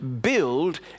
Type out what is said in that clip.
build